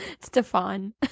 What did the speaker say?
Stefan